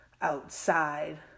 outside